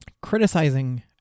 Criticizing